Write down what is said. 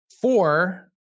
four